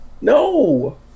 No